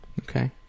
Okay